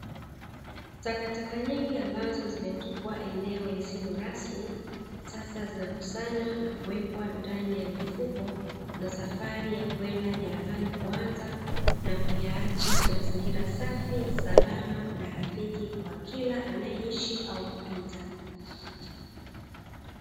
Takataka nyingi ambazo zimetupwa katika eneo lisilo rasmi, sasa inakusanywa na kuwekwa ndani ya mifuko. Na safari ya kwenda jalalani kuanza na kuyaacha mazingira safi na salama na rafiki kwa kila anayeishi au kupita.